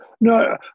No